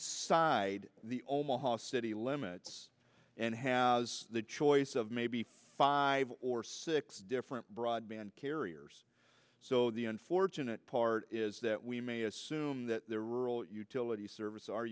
side the omaha city limits and has the choice of maybe five or six different broadband carriers so the unfortunate part is that we may assume that all utility service